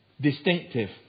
distinctive